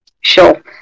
Sure